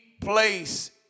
place